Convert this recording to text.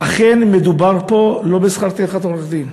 אכן לא מדובר פה בשכר טרחת עורך-דין,